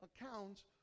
accounts